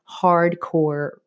hardcore